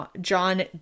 John